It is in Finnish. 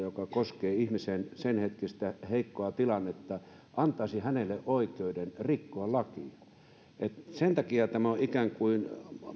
joka koskee ihmisen senhetkistä heikkoa tilannetta antaisi hänelle oikeuden rikkoa lakia sen takia tämä on ikään kuin